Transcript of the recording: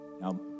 Now